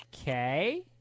Okay